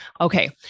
okay